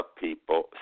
people